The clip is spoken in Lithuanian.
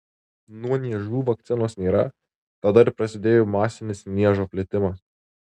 nuo niežų vakcinos nėra tada ir prasidėjo masinis niežo plitimas